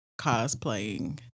cosplaying